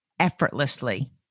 Effortlessly